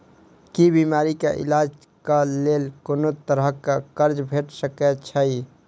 की बीमारी कऽ इलाज कऽ लेल कोनो तरह कऽ कर्जा भेट सकय छई?